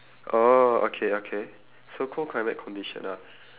orh okay okay so cold climate condition ah